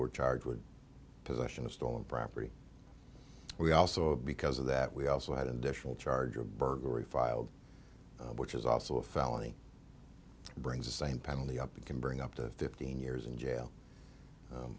were charged with possession of stolen property we also because of that we also had additional charge of burglary filed which is also a felony brings the same penalty up it can bring up to fifteen years in jail